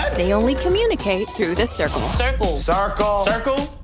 they only communicate through the circle. circle. circle. circle.